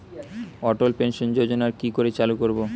অটল pension যোজনার কি করে চালু করব?